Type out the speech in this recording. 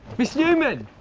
miss newman!